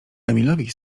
emilowi